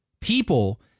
people